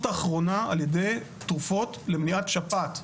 האחרונה על ידי תרופות למניעת שפעת,